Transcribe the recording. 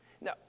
Now